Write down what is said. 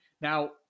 Now